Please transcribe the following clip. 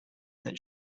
that